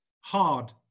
hard